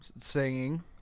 singing